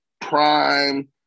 prime